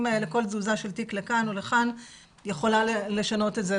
האלה כל תזוזה של תיק לכאן או לכאן יכולה לשנות את זה,